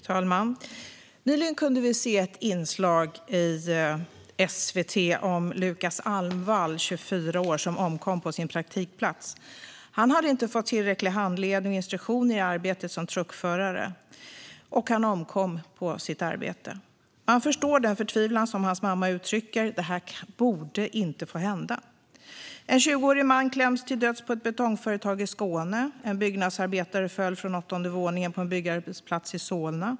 Fru talman! Nyligen kunde vi se ett inslag i SVT om Lucas Almvall, 24 år, som omkom på sin praktikplats. Han hade inte fått tillräcklig handledning och instruktion i arbetet som truckförare, och han omkom på sitt arbete. Man förstår den förtvivlan som hans mamma uttrycker. Det här borde inte få hända. En 20-årig man kläms till döds på ett betongföretag i Skåne. En byggnadsarbetare föll från åttonde våningen på en byggarbetsplats i Solna.